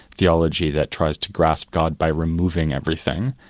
theology that tries to grasp god by removing everything,